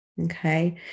okay